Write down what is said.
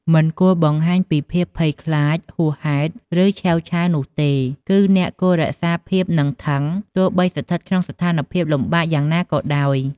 មិនគួរបង្ហាញពីភាពភ័យខ្លាចហួសហេតុ ឬ ឆេវឆាវនោះទេ គឺអ្នកគួរតែរក្សាភាពនឹងធឹង ទោះបីស្ថិតក្នុងស្ថានភាពលំបាកយ៉ាងណាក៏ដោយ។